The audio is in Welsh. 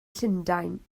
llundain